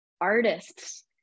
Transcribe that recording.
artists